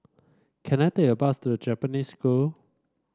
can I take a bus to Japanese School